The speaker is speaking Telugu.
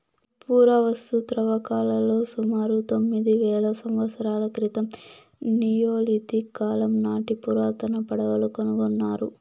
పురావస్తు త్రవ్వకాలలో సుమారు తొమ్మిది వేల సంవత్సరాల క్రితం నియోలిథిక్ కాలం నాటి పురాతన పడవలు కనుకొన్నారు